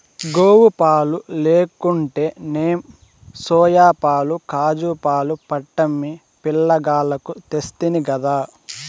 గోవుపాలు లేకుంటేనేం సోయాపాలు కాజూపాలు పట్టమ్మి పిలగాల్లకు తెస్తినిగదా